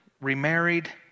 remarried